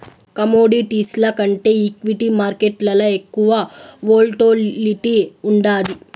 కమోడిటీస్ల కంటే ఈక్విటీ మార్కేట్లల ఎక్కువ వోల్టాలిటీ ఉండాది